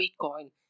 Bitcoin